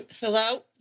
hello